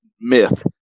myth